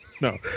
No